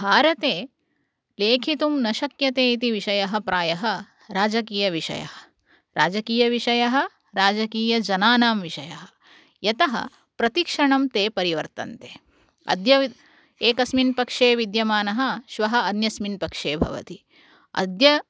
भारते लेखितुं न शक्यते इति विषयः प्रायः राजकीयविषयः राजकीयविषयः राजकीयजनानां विषयः यतः प्रतिक्षणं ते परिवर्तन्ते अद्य एकस्मिन् पक्षे विद्यमानः श्वः अन्यस्मिन् पक्षे भवति अद्य